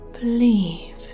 believe